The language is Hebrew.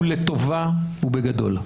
לטובה ובגדול.